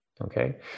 Okay